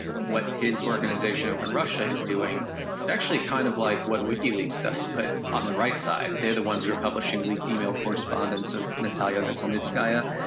what his organization in russia is doing is actually kind of like what wikileaks does, but on the right side. they're the ones who are publishing leaked email correspondence of natalia veselnitskaya,